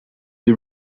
the